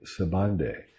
Sabande